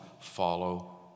follow